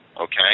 Okay